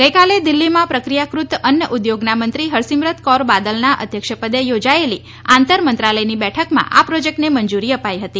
ગઈકાલે દિલ્હીમાં પ્રક્રિયાકૃત અન્ન ઉદ્યોગના મંત્રી હરસીમરત કૌર બાદલના અધ્યક્ષ પદે યોજાયેલી આંતર મંત્રાલયની બેઠકમાં આ પ્રોજેક્ટોને મંજુરી અપાઈ હતી